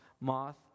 moth